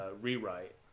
rewrite